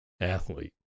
athlete